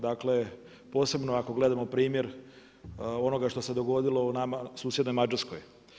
Dakle, posebno ako gledamo primjer onoga što se dogodilo u nama susjednoj Mađarskoj.